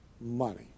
money